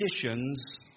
conditions